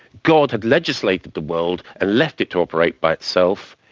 god had legislated the world and left it to operate by itself.